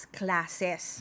classes